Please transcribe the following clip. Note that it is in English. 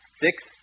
six